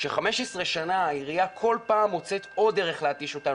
ש-15 שנה העירייה כל פעם מוצאת עוד דרך להתיש אותנו